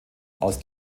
aus